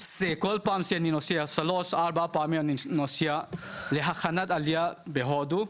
שכל פעם שאני נוסע שלוש או ארבע פעמים אני נוסע להכנת עלייה בהודו,